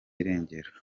irengero